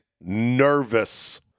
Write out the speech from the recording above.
nervous